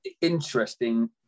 interesting